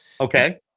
Okay